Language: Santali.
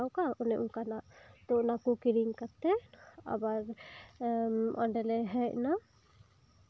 ᱥᱟᱡᱟᱣᱠᱟᱜᱼᱟ ᱚᱱᱮ ᱚᱱᱠᱟᱱᱟᱜ ᱛᱚ ᱚᱱᱟᱠᱚ ᱠᱤᱨᱤᱧ ᱠᱟᱛᱮ ᱟᱵᱟᱨ ᱚᱸᱰᱮ ᱞᱮ ᱦᱮᱡ ᱮᱱᱟ